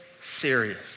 serious